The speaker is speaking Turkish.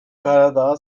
karadağ